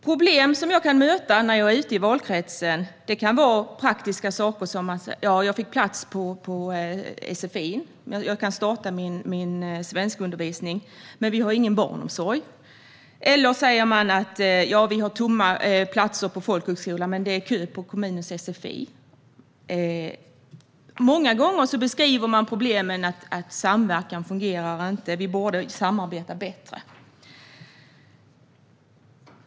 Problem som jag kan möta när jag är ute i valkretsen kan vara praktiska saker som: Jag fick plats på sfi och kan starta min svenskundervisning, men vi har ingen barnomsorg. Eller så säger man: Vi har tomma platser på folkhögskolan, men det är kö på kommunens sfi. Många gånger beskriver man problemen som: Samverkan fungerar inte. Vi borde samarbeta bättre.